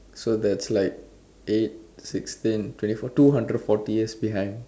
so that's like eight sixteen twenty four two hundred forty years behind